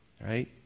right